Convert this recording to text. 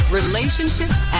relationships